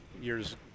years